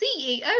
CEO